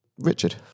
Richard